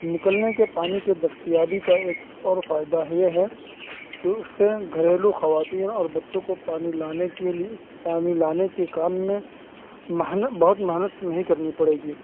نکلنے کے پانی کے دستیابی کا ایک اور فائدہ یہ ہے کہ اس سے گھریلو خواتین اور بچوں کو پانی لانے کے لیے پانی لانے کے کام میں محنت بہت محنت نہیں کرنی پڑے گی